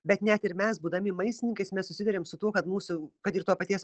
bet net ir mes būdami maistininkais mes susiduriam su tuo kad mūsų kad ir to paties